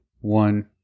one